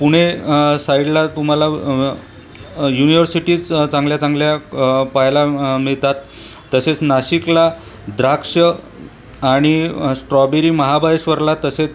पुणे साईडला तुम्हाला युनिवर्सिटीच चांगल्या चांगल्या पाहायला मिळतात तसेच नाशिकला द्राक्षं आणि स्ट्रॉबेरी महाबळेश्वरला तसेच